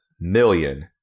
million